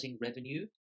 revenue